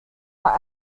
are